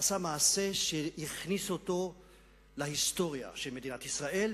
עשה מעשה שהכניס אותו להיסטוריה של מדינת ישראל,